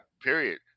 Period